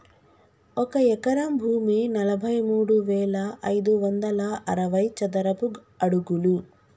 ఒక ఎకరం భూమి నలభై మూడు వేల ఐదు వందల అరవై చదరపు అడుగులు